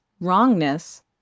wrongness